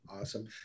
awesome